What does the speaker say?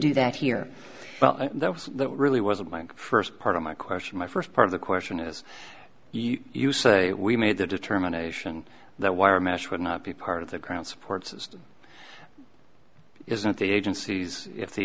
do that here well those that really wasn't my first part of my question my first part of the question is you say we made the determination that wire mesh would not be part of the ground support system isn't it the agencies if the